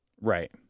Right